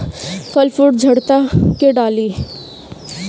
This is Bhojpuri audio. फल फूल झड़ता का डाली?